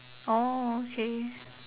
orh okay